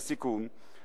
לסיכום,